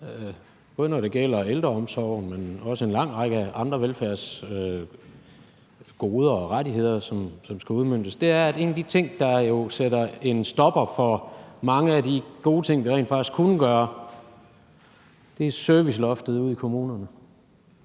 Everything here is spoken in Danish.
både når det gælder ældreomsorgen, men også en lang række andre velfærdsgoder og -rettigheder, som skal udmøntes. En af de ting, der sætter en stopper for mange af de gode ting, vi rent faktisk kunne gøre, er serviceloftet ude i kommunerne.